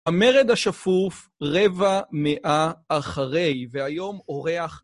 המרד השפוף רבע מאה אחרי והיום אורח